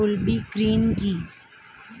তলবি ঋণ কি?